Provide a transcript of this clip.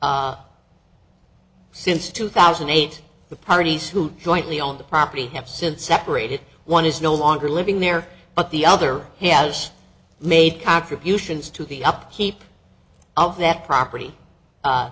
since two thousand and eight the parties who jointly owned the property have since separated one is no longer living there but the other has made contributions to the upkeep of that property